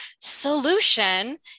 solution